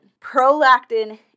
Prolactin